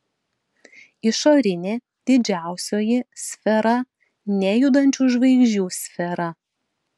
išorinė didžiausioji sfera nejudančių žvaigždžių sfera